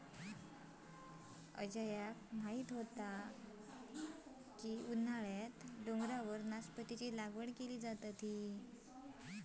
अजयाक माहीत असा की उन्हाळ्यात डोंगरावर नासपतीची लागवड केली जाता